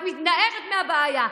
את מתנערת מהבעיה.